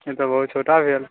ई तऽ बहुत छोटा भेल